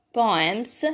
poems